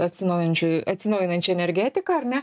atsinaujinančių atsinaujinančią energetiką ar ne